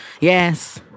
yes